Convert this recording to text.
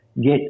get